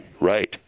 Right